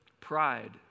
Pride